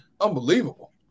unbelievable